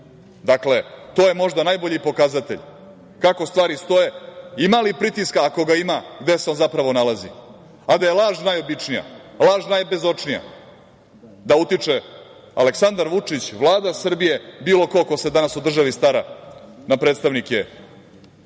vlasti. Dakle, to je možda najbolji pokazatelj kako stvari stoje, ima li pritiska, ako ga ima, gde se on zapravo nalazi, a da je laž najobičnija, laž najbezočnija da utiče Aleksandar Vučić, Vlada Srbije, bilo ko ko se danas u državi stara na predstavnike